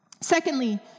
Secondly